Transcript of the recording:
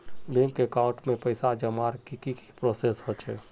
Bank account में पैसा जमा करवार की की प्रोसेस होचे?